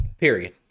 Period